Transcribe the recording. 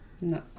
No